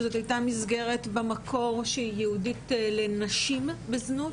שבמקור הייתה מסגרת שייעודית לנשים בזנות,